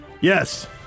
Yes